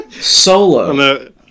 Solo